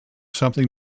something